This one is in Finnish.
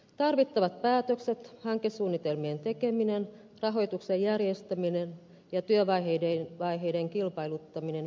tarvittavat päätökset hankesuunnitelmien tekeminen rahoituksen järjestäminen ja työvaiheiden kilpailuttaminen vievät aikaa